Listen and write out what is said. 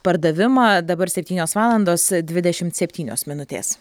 pardavimą dabar septynios valandos dvidešimt septynios minutės